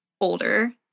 older